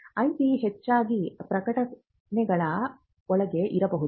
IP ಹೆಚ್ಚಾಗಿ ಪ್ರಕಟಣೆಗಳ ಒಳಗೆ ಇರಬಹುದು